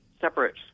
separate